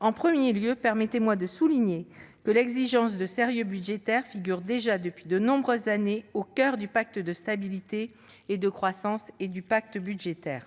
En premier lieu, permettez-moi de souligner que l'exigence de sérieux budgétaire figure déjà depuis de nombreuses années au coeur du pacte de stabilité et de croissance et du pacte budgétaire.